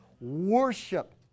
Worship